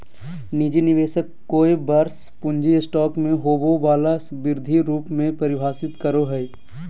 निजी निवेशक कोय वर्ष पूँजी स्टॉक में होबो वला वृद्धि रूप में परिभाषित करो हइ